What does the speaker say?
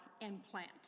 implant